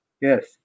yes